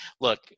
look